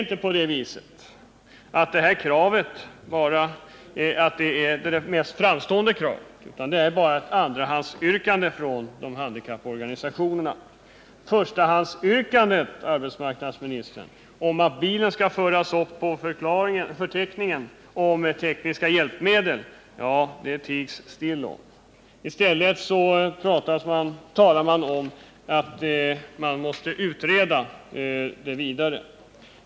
Nu är det på det viset att detta krav är bara ett andrahandsyrkande från dessa organisationer. Förstahandsyrkandet, att bilen skall föras upp på förteckningen över tekniska hjälpmedel, tiger Rolf Wirtén stilla om. I stället säger han att ytterligare åtgärder måste utredas.